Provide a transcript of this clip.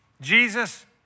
Jesus